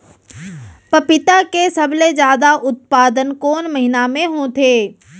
पपीता के सबले जादा उत्पादन कोन महीना में होथे?